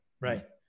right